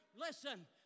listen